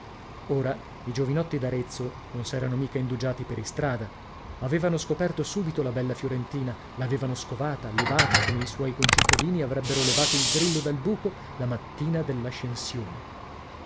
ora i giovinotti d'arezzo non s'erano mica indugiati per istrada avevano scoperto subito la bella fiorentina l'avevano scovata levata come i suoi concittadini avrebbero levato il grillo dal buco la mattina dell'ascensione